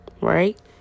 right